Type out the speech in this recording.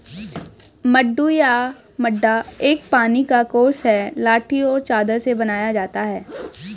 मड्डू या मड्डा एक पानी का कोर्स है लाठी और चादर से बनाया जाता है